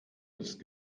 ist